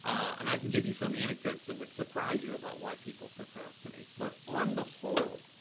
and i can give you some anecdotes that would surprise you about why people procrastinate. but on the whole,